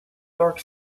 york